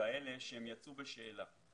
כאלה שיצאו בשאלה.